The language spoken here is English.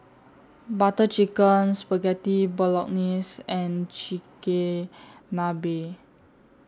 Butter Chicken Spaghetti Bolognese and Chigenabe